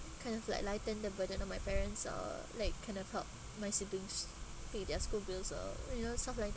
kind of like lightened the burden on my parents or like kind of help my siblings pay their school bills or you know stuff like